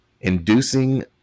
inducing